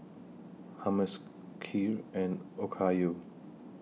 Hummus Kheer and Okayu